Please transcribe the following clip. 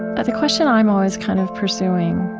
ah the question i'm always kind of pursuing,